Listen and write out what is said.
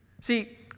See